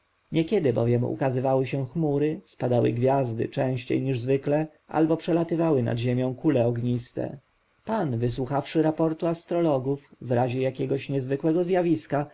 niekiedy bowiem ukazywały się chmury spadały gwiazdy częściej niż zwykle albo przelatywały nad ziemią kule ogniste pan wysłuchał raportu astrologów w razie jakiegoś niezwykłego zjawiska